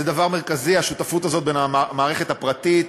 זה דבר מרכזי, השותפות הזאת בין המערכת הפרטית,